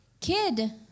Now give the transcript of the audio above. kid